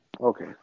Okay